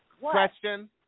Question